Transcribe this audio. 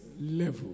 level